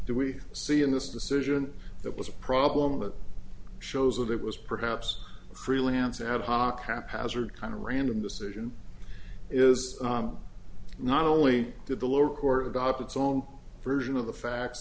do we see in this decision that was a problem that shows that it was perhaps freelance ad hoc haphazard kind of random decision is not only did the lower court adopt its own version of the facts